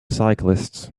cyclists